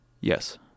Yes